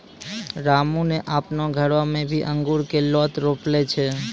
रामू नॅ आपनो घरो मॅ भी अंगूर के लोत रोपने छै